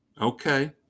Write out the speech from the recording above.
okay